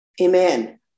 amen